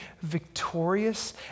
victorious